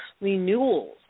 renewals